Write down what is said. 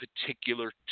particular